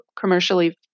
commercially